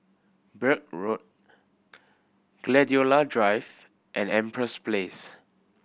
Birch Road Gladiola Drive and Empress Place